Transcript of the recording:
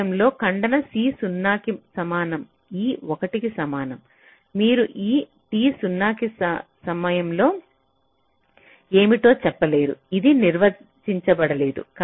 సమయములో ఖండన t 0 కి సమానం e 1 కి సమానం మీరు e t 0 సమయంలో ఏమిటో చెప్ప లేరు ఇది నిర్వచించబడలేదు